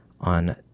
on